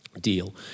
deal